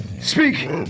Speak